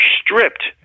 stripped